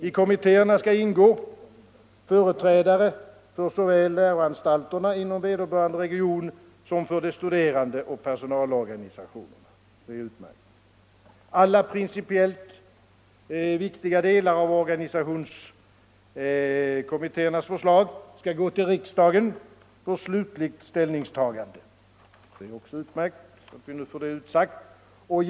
I kommittéerna skall ingå företrädare för såväl läroanstalten inom vederbörande region som för de studerande och personalorganisationerna. Det är utmärkt. Alla principiellt viktiga delar av organisationskommittéernas förslag skall gå till riksdagen för slutligt ställningstagande. Det är också utmärkt, vilket jag vill ha utsagt.